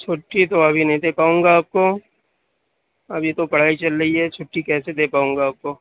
چُھٹی تو ابھی نہیں دے پاؤں گا آپ کو ابھی تو پڑھائی چل رہی ہے چُھٹی کیسے دے پاؤں گا آپ کو